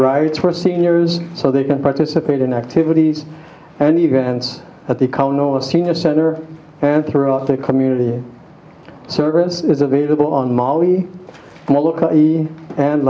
right for seniors so they can participate in activities and events at the county nola senior center and throughout the community service is available on maui and